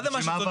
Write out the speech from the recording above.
מה זה מה שצודק?